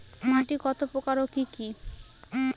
মাটি কত প্রকার ও কি কি?